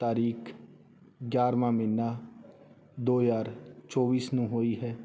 ਤਾਰੀਖ ਗਿਆਰ੍ਹਵਾਂ ਮਹੀਨਾ ਦੋ ਹਜ਼ਾਰ ਚੋਵੀਸ ਨੂੰ ਹੋਈ ਹੈ